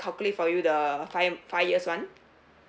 calculate for you the five five years [one]